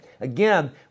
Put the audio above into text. Again